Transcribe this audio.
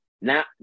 now